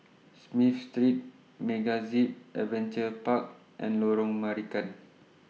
Smith Street MegaZip Adventure Park and Lorong Marican